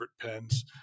pens